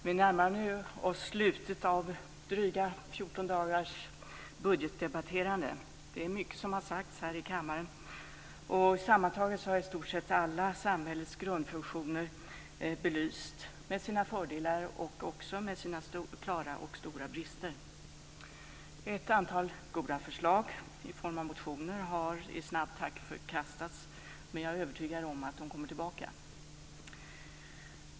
Fru talman! Vi närmar oss nu slutet av dryga 14 dagars budgetdebatterande. Mycket har sagts i kammaren, och sammantaget har i stort sett alla samhällets grundfunktioner belysts, med sina fördelar och också sina klara och stora brister. Ett stort antal goda förslag i form av motioner har i snabb takt förkastats, men jag är övertygad om att de kommer tillbaka.